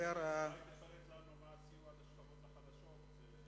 אולי תפרט לנו מה הסיוע לשכבות החלשות.